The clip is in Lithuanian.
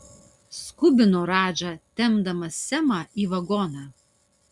skubino radža tempdamas semą į vagoną